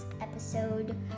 episode